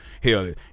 Hell